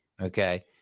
Okay